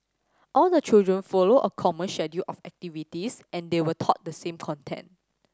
all the children follow a common schedule of activities and they were taught the same content